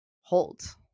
hold